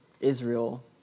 Israel